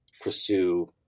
pursue